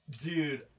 dude